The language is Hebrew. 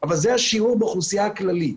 אבל זה השיעור באוכלוסייה הכללית.